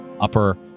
upper